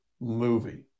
movie